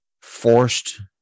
forced